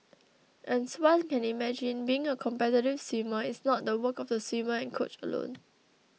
as one can imagine being a competitive swimmer is not the work of the swimmer and coach alone